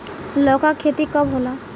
लौका के खेती कब होला?